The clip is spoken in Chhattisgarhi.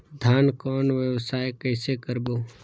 धान कौन व्यवसाय कइसे करबो?